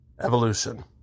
Evolution